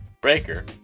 Breaker